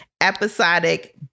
episodic